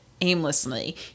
aimlessly